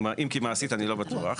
אם כי מעשית, אני לא בטוח.